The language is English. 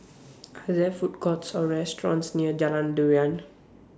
Are There Food Courts Or restaurants near Jalan Durian